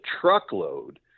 truckload